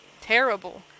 terrible